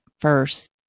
first